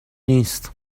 نیست